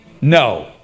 no